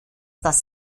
das